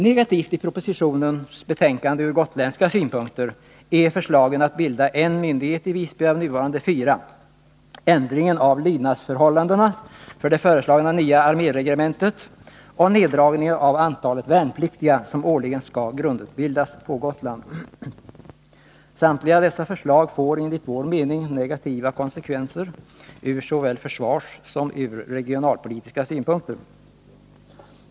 Negativt i propositionen och i utskottets betänkande ur gotländska synpunkter är förslagen att bilda en myndighet i Visby av nuvarande fyra, att ändra lydnadsförhållandena för det föreslagna nya arméregementet och att minska antalet värnpliktiga som årligen skall grundutbildas på Gotland. Samtliga dessa förslag får enligt vår mening negativa konsekvenser ur såväl försvarssom ur regionalpolitiska synpunkter.